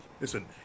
Listen